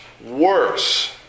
worse